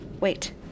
Wait